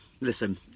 Listen